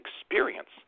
experience